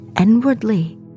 inwardly